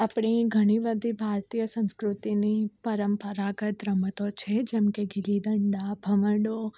આપણી ઘણી બધી ભારતીય સંસ્કૃતિની પરંપરાગત રમતો છે જેમ કે ગીલીડંડા ભમરડો